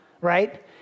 Right